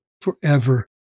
forever